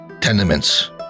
Tenements